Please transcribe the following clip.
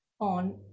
on